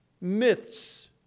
myths